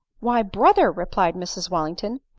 why, brother, replied mrs wallington,